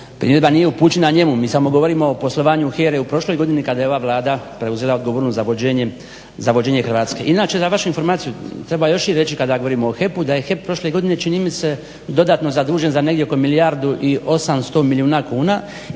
primjedba nije upućena njemu. Mi samo govorimo o poslovanju HERA-e u prošloj godini kada je ova Vlada preuzela odgovornost za vođenje Hrvatske. Inače za vašu informaciju treba još i reći kada govorimo o HEP-u, da je HEP prošle godine čini mi se dodatno zadužen za negdje oko milijardu 800 milijuna kuna